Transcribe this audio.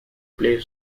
played